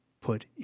put